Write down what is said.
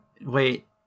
wait